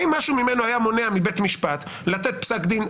האם משהו ממנו היה מונע מבית משפט לתת פסק-דין,